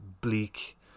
bleak